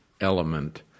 element